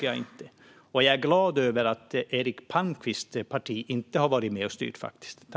Jag är glad över att Eric Palmqvists parti inte har varit med och styrt.